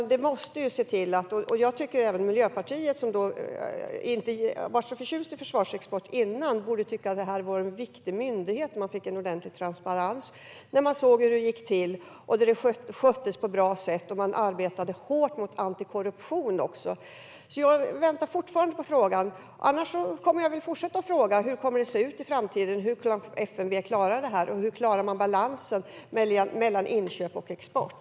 Jag tycker att även Miljöpartiet, som inte har varit så förtjust i försvarsexport tidigare, borde tycka att det här är en viktig myndighet för att få ordentlig transparens. Man såg ju hur det gick till - att det sköttes på ett bra sätt och arbetades hårt mot korruption. Jag väntar alltså fortfarande på svaret. Annars kommer jag att fortsätta fråga hur det kommer att se ut i framtiden. Hur kan FMV klara det här, och hur klarar man balansen mellan inköp och export?